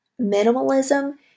Minimalism